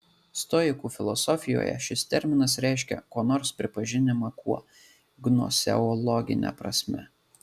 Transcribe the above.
stoikų filosofijoje šis terminas reiškia ko nors pripažinimą kuo gnoseologine prasme